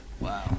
Wow